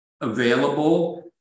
available